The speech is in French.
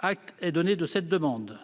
Acte est donné de cette demande.